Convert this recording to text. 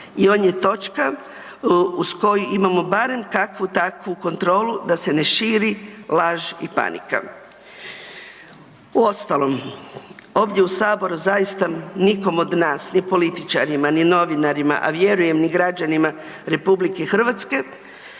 i to je točka z koju imamo barem kakvu takvu kontrolu da se ne širi laž i panika. Uostalom, ovdje u Saboru zaista nikom od nas, ni političarima, ni novinarima a vjerujem ni građanima RH, ne treba